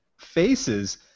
Faces